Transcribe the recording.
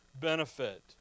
benefit